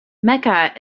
mecca